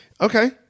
Okay